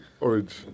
orange